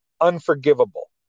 unforgivable